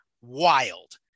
wild